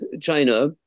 China